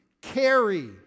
carry